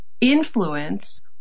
influence